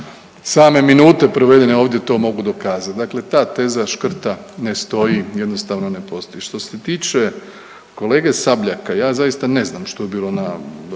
same minute provedene ovdje to mogu dokazati. Dakle, ta teza škrta ne stoji, jednostavno ne postoji. Što se tiče kolege Sabljaka ja zaista ne znam što je bilo na